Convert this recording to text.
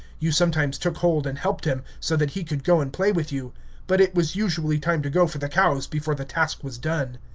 you sometimes took hold and helped him, so that he could go and play with you but it was usually time to go for the cows before the task was done.